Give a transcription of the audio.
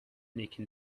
nicking